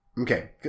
Okay